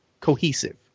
cohesive